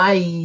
Bye